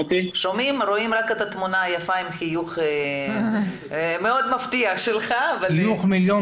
משמעית שאותם 4.5 מיליון